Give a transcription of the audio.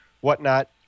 whatnot